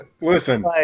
Listen